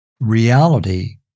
reality